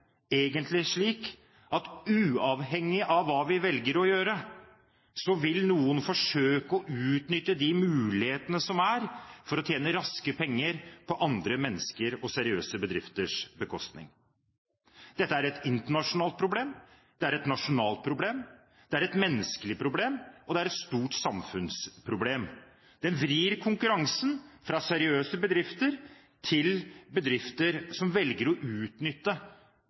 egentlig at uavhengig av hva vi velger å gjøre, så vil noen forsøke å utnytte de mulighetene som er, for å tjene raske penger på andre menneskers og seriøse bedrifters bekostning. Dette er et internasjonalt problem, det er et nasjonalt problem, det er et menneskelig problem, og det er et stort samfunnsproblem. Det vrir konkurransen fra seriøse bedrifter til bedrifter som velger å utnytte